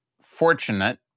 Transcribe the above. fortunate